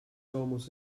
almost